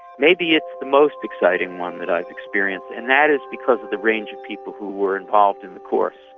maybe it's the most exciting one that i've experienced, and that is because of the range of people who were involved in the course.